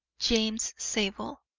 james zabel.